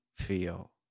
Feel